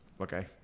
Okay